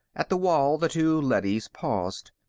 at the wall, the two leadys paused.